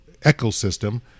ecosystem